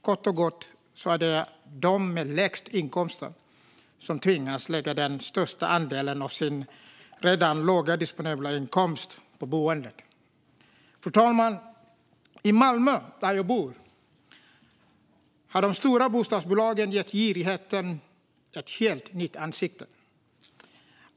Kort och gott är det de med lägst inkomster som tvingas lägga den största andelen av sin redan låga disponibla inkomst på boendet. Fru talman! I Malmö, där jag bor, har de stora bostadsbolagen gett girigheten ett helt nytt ansikte.